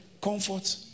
comfort